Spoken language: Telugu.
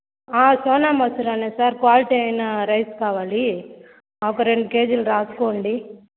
సోనా మసూరినే సార్ క్వాలిటీ అయిన రైస్ కావాలి ఒక రెండు కేజీలు రాసుకోండి